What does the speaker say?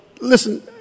listen